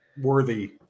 worthy